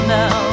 now